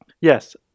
Yes